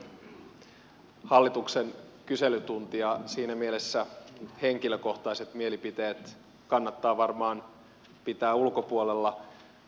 tämähän on hallituksen kyselytunti ja siinä mielessä henkilökohtaiset mielipiteet kannattaa varmaan pitää ulkopuolella